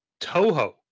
Toho